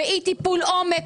באי טיפול עומק,